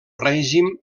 règim